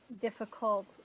difficult